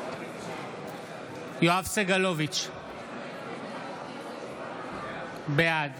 בעד יואב סגלוביץ' בעד